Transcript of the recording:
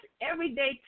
everyday